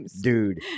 dude